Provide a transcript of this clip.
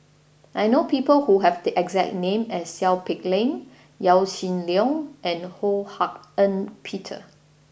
I know people who have the exact name as Seow Peck Leng Yaw Shin Leong and Ho Hak Ean Peter